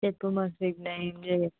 చెప్పు మోక్ష